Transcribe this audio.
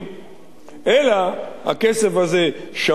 אלא הכסף הזה שמור לו כאן,